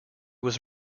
was